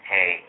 Hey